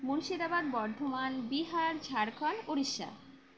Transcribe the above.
Murshidabad Bardhaman Bihar Jharkhand Orissa